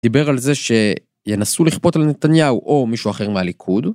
דיבר על זה שינסו לכפות על נתניהו או מישהו אחר מהליכוד